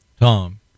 Tom